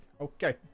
Okay